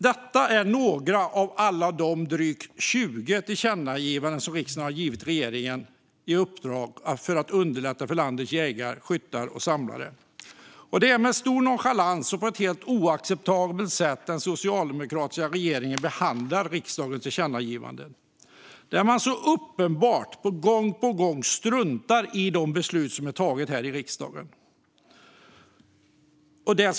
Detta är några av alla de drygt 20 tillkännagivanden som riksdagen har givit regeringen för att underlätta för landets jägare, skyttar och samlare. Det är med stor nonchalans och på ett helt oacceptabelt sätt den socialdemokratiska regeringen behandlar riksdagens tillkännagivanden, när man så uppenbart gång på gång struntar i de beslut som riksdagen har fattat.